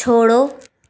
छोड़ो